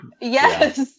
Yes